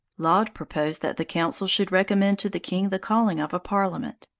laud proposed that the council should recommend to the king the calling of a parliament.